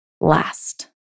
last